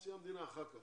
נשיא המדינה אחר כך,